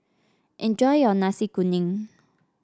enjoy your Nasi Kuning